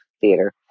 Theater